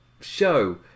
show